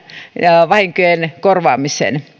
riitä vahinkojen korvaamiseen